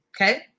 Okay